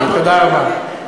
תודה רבה.